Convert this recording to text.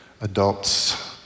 adults